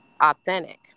authentic